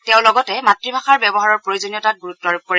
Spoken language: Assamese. তেওঁ লগতে মাতৃভাষাৰ ব্যৱহাৰৰ প্ৰয়োজনীয়তাত গুৰুত্ব আৰোপ কৰে